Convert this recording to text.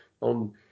on